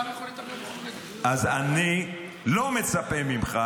אז אני לא מצפה ממך,